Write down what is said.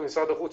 כמשרד החוץ,